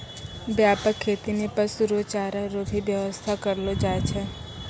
व्यापक खेती मे पशु रो चारा रो भी व्याबस्था करलो जाय छै